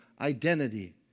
identity